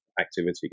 activity